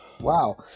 wow